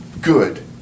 good